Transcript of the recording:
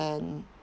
and